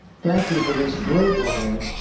thank you for this great land.